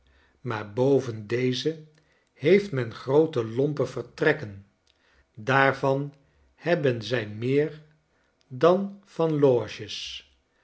maar boven deze heeft men groote lompe vertrekken daarvan hebben zij meer dan van loges